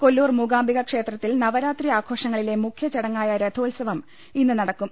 കൊല്ലൂർ മൂകാംബിക ക്ഷേത്രത്തിൽ നവരാത്രി ആഘോഷങ്ങളിലെ മുഖ്യചടങ്ങായ രഥോത്സവം ഇന്ന് നടക്കും